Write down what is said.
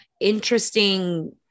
interesting